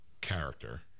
character